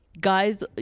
guys